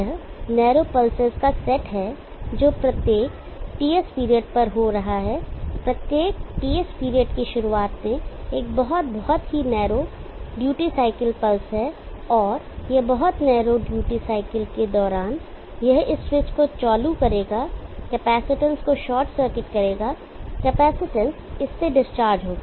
यह narrow pulses का set है जो प्रत्येक TS पीरियड पर हो रहा है प्रत्येक TS पीरियड की शुरुआत में एक बहुत बहुत ही नैरो ड्यूटी साइकिल पल्स है और यह बहुत नैरो ड्यूटी साइकिल के दौरान है यह इस स्विच को चालू करेगा कैपेसिटेंस को शॉर्ट सर्किट करेगा कैपेसिटेंस इससे डिस्चार्ज होगा